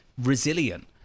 resilient